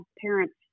parents